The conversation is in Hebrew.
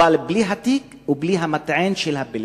אבל בלי התיק ובלי המטען של הפלאפון.